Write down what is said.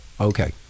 okay